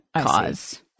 cause